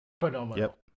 phenomenal